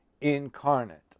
incarnate